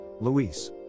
Luis